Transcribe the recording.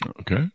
Okay